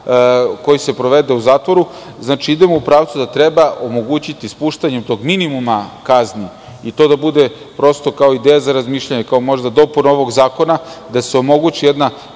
koji se provede u zatvoru. Idemo u pravcu da treba omogućiti spuštanje tog minimuma kazni, ito da bude ideja za razmišljanje, kao možda dopuna ovog zakona i da se omogući jedna